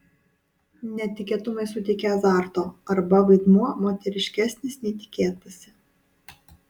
netikėtumai suteikia azarto arba vaidmuo moteriškesnis nei tikėtasi